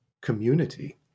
community